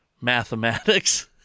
mathematics